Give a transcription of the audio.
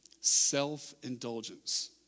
self-indulgence